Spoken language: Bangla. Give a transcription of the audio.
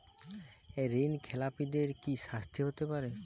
ঋণ খেলাপিদের কি শাস্তি হতে পারে?